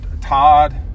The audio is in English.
Todd